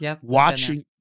watching